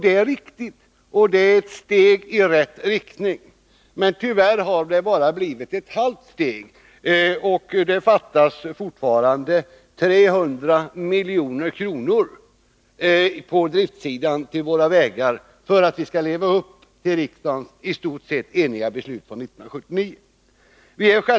Det är riktigt, och ett steg i rätt riktning. Men tyvärr har det bara blivit ett halvt steg. Fortfarande fattas 300 milj.kr. till drift av våra vägar för att vi skall leva upp till riksdagens i stort sett eniga beslut 1979.